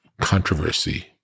controversy